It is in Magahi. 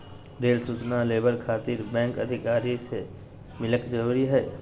रेल सूचना लेबर खातिर बैंक अधिकारी से मिलक जरूरी है?